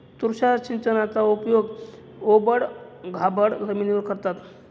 तुषार सिंचनाचा उपयोग ओबड खाबड जमिनीवर करतात